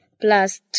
plus